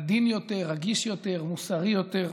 עדין יותר, רגיש יותר, מוסרי יותר.